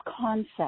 concept